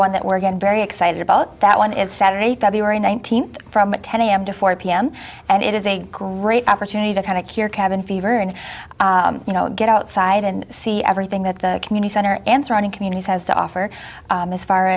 one that we're getting very excited about that one is saturday february nineteenth from ten am to four pm and it is a great opportunity to kind of hear cabin fever and you know get outside and see everything that the community center and surrounding communities has to offer as far